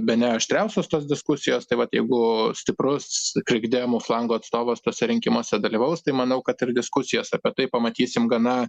bene aštriausios tos diskusijos tai vat jeigu stiprus krikdemų flango atstovas tuose rinkimuose dalyvaus tai manau kad ir diskusijas apie tai pamatysim gana